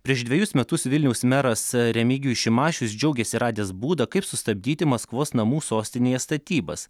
prieš dvejus metus vilniaus meras remigijus šimašius džiaugėsi radęs būdą kaip sustabdyti maskvos namų sostinėje statybas